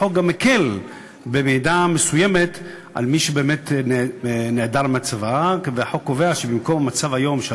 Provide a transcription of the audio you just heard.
החוק גם מקל במידה מסוימת על מי שנעדר מהצבא וקובע שבמקום המצב היום,